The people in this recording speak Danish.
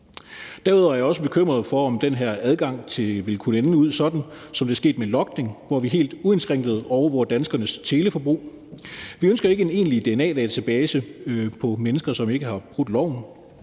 Derudover er jeg også bekymret for, om den her adgang vil kunne ende ud, sådan som det er sket med logning, hvor vi helt uindskrænket overvåger danskernes teleforbrug. Vi ønsker ikke en egentlig dna-database over mennesker, som ikke har brudt loven,